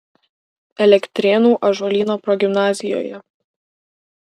elektrėnų ąžuolyno progimnazijoje